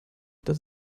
dass